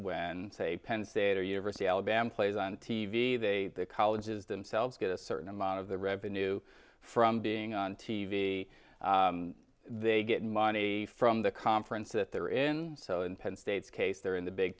when say penn state or university alabama plays on t v they the colleges themselves get a certain amount of the revenue from being on t v they get money from the conference that they're in so in penn state's case they're in the big